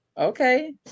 Okay